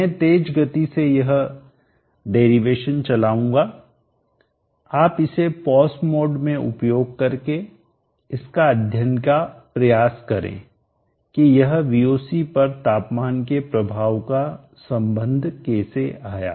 मैं तेज गति से यह डेरीवेशन व्युत्पत्ति चलाऊंगा आप इसे पॉज मोड में उपयोग करके इसका अध्ययन करने का प्रयास करें की यह Voc पर तापमान के प्रभाव का संबंध कैसे आया